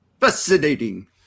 Fascinating